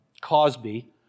Cosby